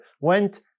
went